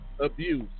abuse